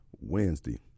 Wednesday